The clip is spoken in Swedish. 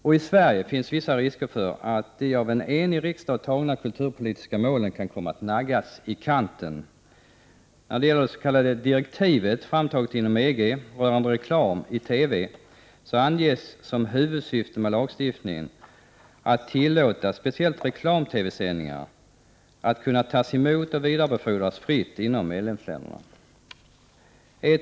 I Sverige finns vissa risker för att de kulturpolitiska mål som en enig riksdag ställt sig bakom kan komma att naggas i kanten. När det gäller det s.k. direktivet, framtaget inom EG och rörande reklam i TV, anges som huvudsyfte med lagstiftningen att speciellt reklam-TV-sändningar skall tillåtas och kunna tas emot och vidarebefordras fritt mellan medlemsländerna.